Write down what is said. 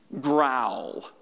growl